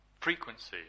frequency